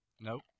Nope